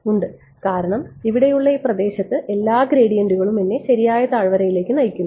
ഉണ്ട് കാരണം ഇവിടെയുള്ള ഈ പ്രദേശത്ത് എല്ലാ ഗ്രേഡിയന്റുകളും എന്നെ ശരിയായ താഴ്വരയിലേക്ക് നയിക്കുന്നു